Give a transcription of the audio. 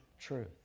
truth